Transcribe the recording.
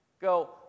go